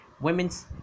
women's